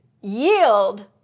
yield